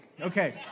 Okay